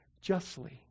justly